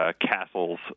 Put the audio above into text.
Castle's